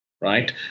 right